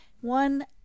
One